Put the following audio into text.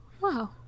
Wow